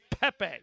Pepe